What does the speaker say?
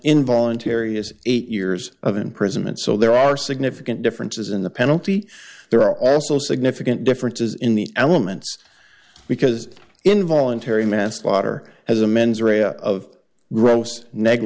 involuntary is eight years of imprisonment so there are significant differences in the penalty there are also significant differences in the elements because involuntary manslaughter has a